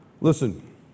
Listen